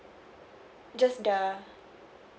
just the